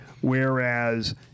whereas